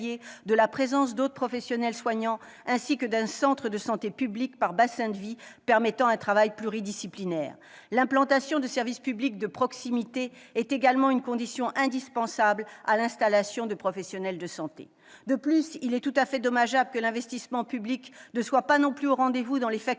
que la présence d'autres professionnels soignants, ainsi que d'un centre de santé public par bassin de vie, permettant un travail pluridisciplinaire. L'implantation de services publics de proximité est également une condition indispensable à l'installation de professionnels de santé. De plus, il est tout à fait dommageable que l'investissement public ne soit pas non plus au rendez-vous dans les facultés